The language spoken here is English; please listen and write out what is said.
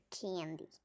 candy